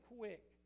quick